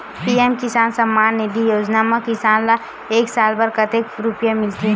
PM किसान सम्मान निधी योजना म किसान ल एक साल म कतेक रुपिया मिलथे?